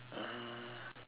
uh